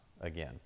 again